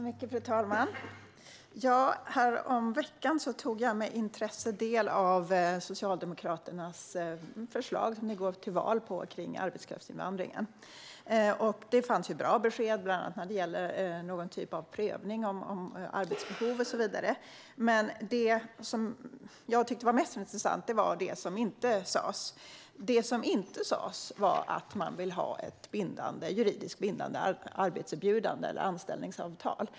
Fru talman! Häromveckan tog jag med intresse del av Socialdemokraternas förslag om arbetskraftsinvandring, som man går till val på. Där fanns bra besked, bland annat när det gäller någon typ av prövning av arbetsbehov och så vidare, men det som jag tyckte var mest intressant var det som inte sas, nämligen att man vill ha ett juridiskt bindande arbetserbjudande eller anställningsavtal.